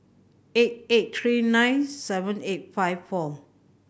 eight eight three nine seven eight five four